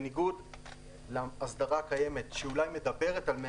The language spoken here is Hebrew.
בניגוד להסדרה הקיימת שאולי מדברת על 100